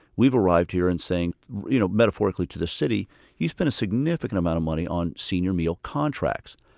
we've arrived here and saying you know metaphorically to the city you spend a significant amount of money on senior meal contracts,